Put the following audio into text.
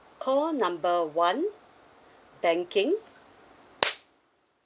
call number one banking